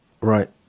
Right